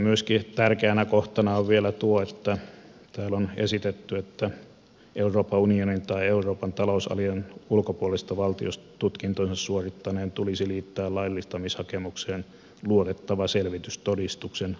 myöskin tärkeänä kohtana on vielä tuo että täällä on esitetty että euroopan unionin tai euroopan talousalueen ulkopuolisesta valtiosta tutkintonsa suorittaneen tulisi liittää laillistamishakemukseen luotettava selvitys todistuksen oikeellisuudesta